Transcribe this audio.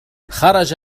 خرج